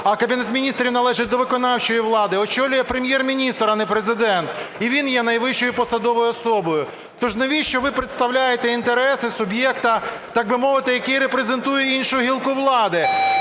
а Кабінет Міністрів належить до виконавчої влади, очолює Прем'єр-міністр, а не Президент, і він є найвищою посадовою особою. То ж навіщо ви представляєте інтереси суб'єкта, так би мовити, який репрезентує іншу гілку влади?